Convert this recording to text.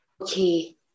okay